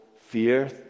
fear